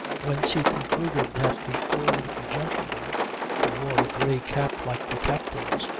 whence he concluded that the old gentleman who wore a grey cap like the captain's,